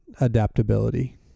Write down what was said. adaptability